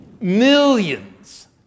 millions